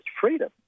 freedom